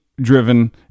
driven